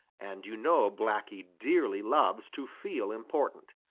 and you know blacky dearly loves to feel important.